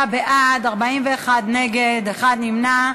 29 בעד, 41 נגד, אחד נמנע.